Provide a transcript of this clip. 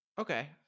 Okay